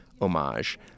homage